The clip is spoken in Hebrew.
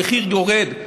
המחיר יורד.